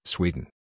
Sweden